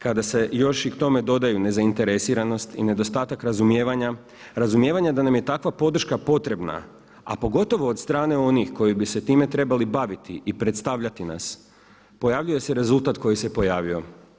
Kada se još i k tome dodaju nezainteresiranost i nedostatak razumijevanja, razumijevanja da nam je takva podrška potrebna, a pogotovo od strane onih koji bi se time trebali baviti i predstavljati nas pojavio se rezultat koji se pojavio.